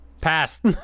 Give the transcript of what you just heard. Passed